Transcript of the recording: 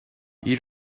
you